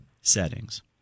settings